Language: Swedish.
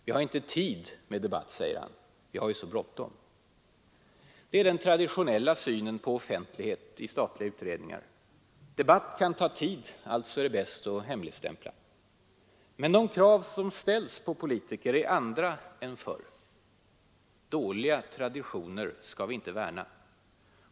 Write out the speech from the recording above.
Vi har inte tid med debatt, säger han. Vi har ju så bråttom. Det är den traditionella synen på offentlighet i statliga utredningar. Debatt kan ta tid, alltså är det bäst att hemligstämpla. Men de krav som i dag ställs på politiker är andra än förr. Dåliga traditioner skall vi inte värna.